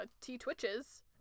T-Twitches